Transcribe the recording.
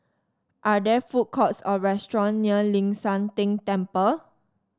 are there food courts or restaurant near Ling San Teng Temple